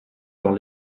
dans